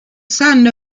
son